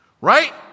right